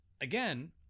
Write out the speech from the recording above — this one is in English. again